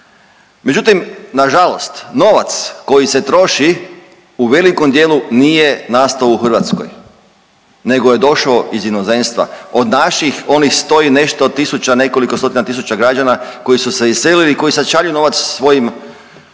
Međutim nažalost novac koji se troši u velikom dijelu nije nastao u Hrvatskoj nego je došao iz inozemstva od naših onih 100 i nešto tisuća, nekoliko stotina tisuća građana koji su se iselili i koji sad šalju novac svojim očevima,